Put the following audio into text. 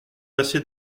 placé